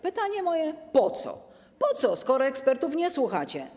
Pytanie moje: Po co, skoro ekspertów nie słuchacie?